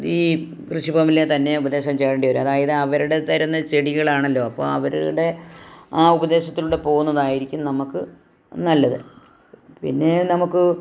ഈ കൃഷിഭവനിലെ തന്നെ ഉപദേശം തേടേണ്ടി വരും അതായത് അവരുടെ തരുന്ന ചെടികളാണല്ലോ അപ്പോൾ അവരുടെ ആ ഉപദേശത്തിലൂടെ പോകുന്നതായിരിക്കും നമുക്ക് നല്ലത് പിന്നെ നമുക്ക്